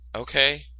Okay